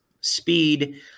speed